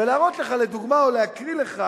ולהראות לך לדוגמה או להקריא לך